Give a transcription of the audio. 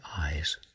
eyes